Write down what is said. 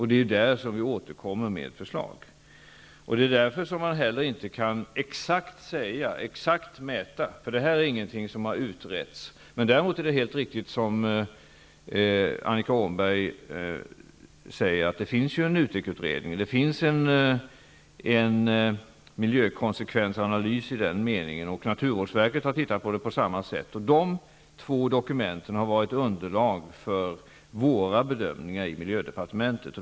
Det är där som vi återkommer med förslag. Det är därför som man inte heller kan säga någonting exakt, inte kan mäta exakt. Detta är ingenting som har utretts. Däremot är det helt riktigt som Annika Åhnberg säger, att det finns en NUTEK-utredning, det finns en miljökonsekvensanalys i den meningen, och naturvårdsverket har tittat på detta på samma sätt. De två dokumenten har varit underlag för våra bedömningar i miljödepartementet.